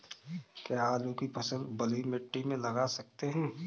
क्या आलू की फसल बलुई मिट्टी में लगा सकते हैं?